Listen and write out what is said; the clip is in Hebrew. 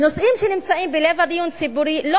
נושאים שנמצאים בלב הדיון הציבורי לא